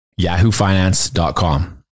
yahoofinance.com